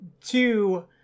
two